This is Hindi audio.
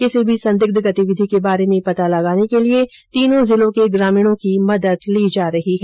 किसी भी संदिग्ध गतिविधि के बारे में पता लगाने के लिए तीनों जिलों के ग्रामीणों की मदद ली जा रही है